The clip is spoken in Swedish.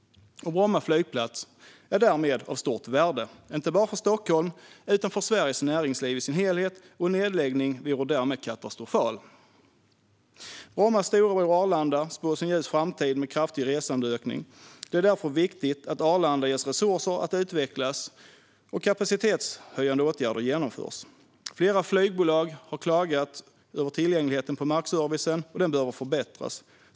Bromma flygplats är därmed av stort värde, inte bara för Stockholm utan även för Sveriges näringsliv i sin helhet. En nedläggning vore därmed katastrofal. Brommas storebror Arlanda spås en ljus framtid med kraftig resandeökning. Det är därför viktigt att Arlanda ges resurser till att utvecklas och att kapacitetshöjande åtgärder vidtas. Flera flygbolag har klagat över tillgängligheten på markservicen, och den behöver förbättras.